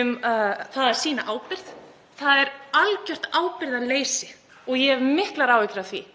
um það að sýna ábyrgð. Það er algjört ábyrgðarleysi og ég hef miklar áhyggjur af því.